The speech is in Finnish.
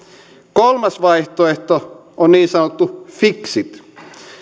kolmas vaihtoehto on niin sanottu fixit